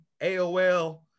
aol